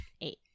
Eight